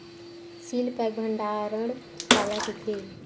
Seal pack भंडारण काला कइथे?